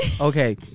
Okay